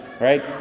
Right